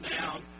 down